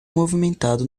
movimentado